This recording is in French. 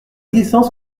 existence